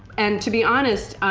and to be honest,